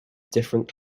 different